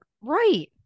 right